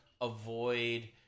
avoid